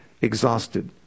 exhausted